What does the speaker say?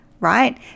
right